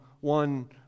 one